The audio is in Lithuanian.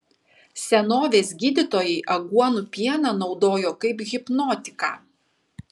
senovės gydytojai aguonų pieną naudojo kaip hipnotiką